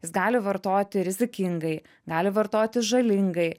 jis gali vartoti rizikingai gali vartoti žalingai